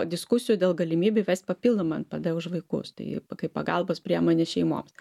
diskusijų dėl galimybių įvest papildomą npd už vaikus tai kaip pagalbos priemonė šeimoms